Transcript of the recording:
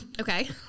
Okay